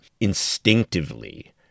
instinctively